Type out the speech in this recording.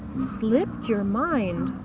slipped your mind